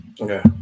okay